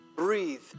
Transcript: Breathe